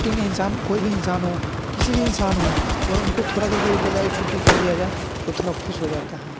छुट्टी में इंसान कोई भी इंसान हो किसी भी इंसान हो अगर उनको थोड़ा देर के लिए बोल दिया कि छुट्टी कर दिया जाए तो थोड़ा खुश हो जाता है